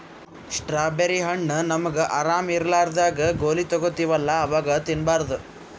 strawberry ಹಣ್ಣ್ ನಮ್ಗ್ ಆರಾಮ್ ಇರ್ಲಾರ್ದಾಗ್ ಗೋಲಿ ತಗೋತಿವಲ್ಲಾ ಅವಾಗ್ ತಿನ್ಬಾರ್ದು